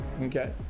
Okay